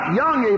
young